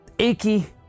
achy